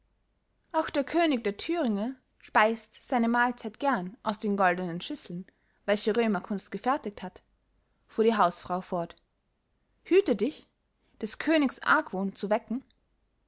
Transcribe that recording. auch der könig der thüringe speist seine mahlzeit gern aus den goldenen schüsseln welche römerkunst gefertigt hat fuhr die hausfrau fort hüte dich des königs argwohn zu wecken